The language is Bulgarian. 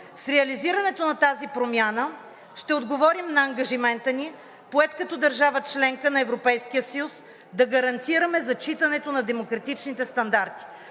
С реализирането на тази промяна ще отговорим на ангажимента ни, поет като държава – членка на Европейския съюз, да гарантираме зачитането на демократичните стандарти.